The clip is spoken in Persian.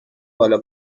بالا